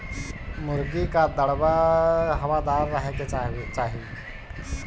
मुर्गी कअ दड़बा हवादार रहे के चाही